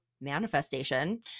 manifestation